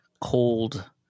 cold